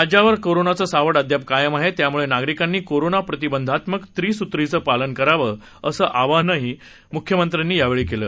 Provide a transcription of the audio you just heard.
राज्यावर कोरोनाचं सावट अद्याप कायम आहे त्यामुळे नागरिकांनी कोरोना प्रतिबंधात्मक त्रिसूत्रीचं पालन करावं असं आवाहनही मुख्यमंत्र्यांनी यावेळी केलं